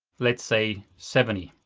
let's say, seventy,